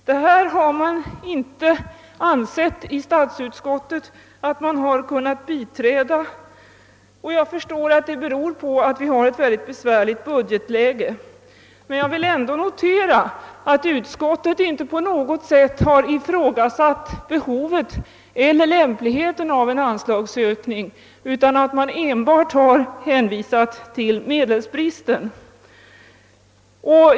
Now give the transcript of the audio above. Statsutskottet har inte ansett sig kunna biträda detta förslag — jag förstår att det beror på att vi har ett mycket besvärligt budgetläge — men jag vill ändå notera att utskottet inte på något sätt har ifrågasatt behovet eller lämpligheten av en anslagsökning, utan enbart har hänvisat till medelsbristen.